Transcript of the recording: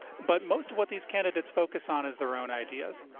but most of what these candidates focus on is their own ideas.